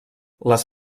les